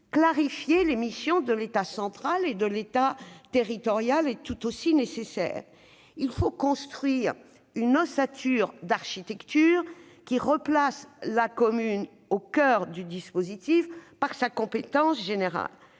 Clarifier les missions de l'État central et de l'État territorial est tout aussi nécessaire. Nous devons construire une ossature d'architecture qui replace la commune au coeur du dispositif, par sa compétence générale.